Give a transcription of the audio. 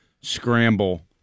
scramble